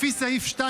לפי סעיף 2,